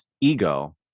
ego